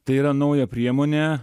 tai yra nauja priemonė